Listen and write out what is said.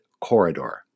corridor